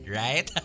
right